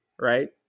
right